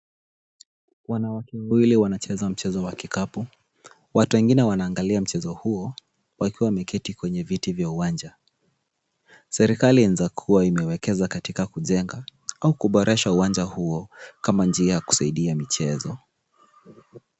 Wanawake wawili wanacheza mchezo wa kikapu, watu wengine wanaangalia mchezo huo wakiwa wameketi kwenye viti vya uwanja. serikali inaeza kuwa imewekeza katika kujenga au kuboresha uwanja huo kama njia ya kusaidia michezo.